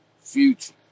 future